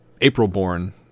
April-born